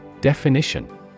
Definition